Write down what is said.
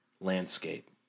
landscape